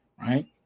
right